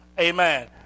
Amen